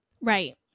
Right